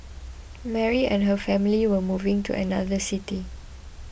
Mary and her family were moving to another city